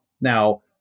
Now